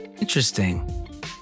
Interesting